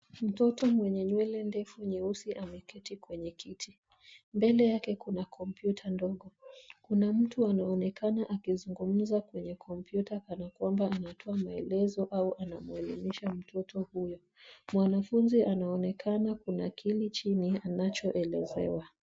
Mtoto mwenye nywele ndefu nyeusi ameketi kwenye kiti. Mbele yake kuna kompyuta ndogo. Kuna mtu anaonekana akizungumza kwenye kompyuta kana kwamba anatoa maelezo au anamuelimisha mtoto huyo. Mwanafunzi anaonekana kunakili chini anachoelezewa.